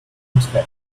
treppe